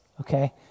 Okay